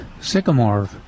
sycamore